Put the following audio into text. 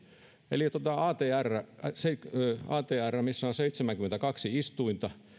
eli otetaan atr missä on seitsemänkymmentäkaksi istuinta